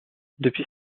depuis